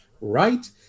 Right